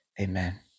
Amen